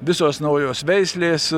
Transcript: visos naujos veislės